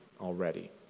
already